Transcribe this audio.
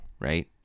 right